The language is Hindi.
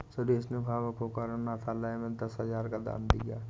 सुरेश ने भावुक होकर अनाथालय में दस हजार का दान दिया